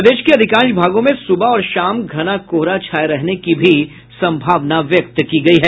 प्रदेश के अधिकांश भागों में सुबह और शाम घना कोहरा छाये रहने की भी संभावना है